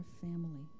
family